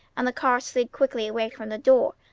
and the car slid quickly away from the door.